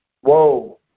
whoa